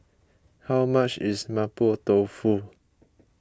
how much is Mapo Tofu